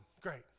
great